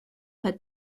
her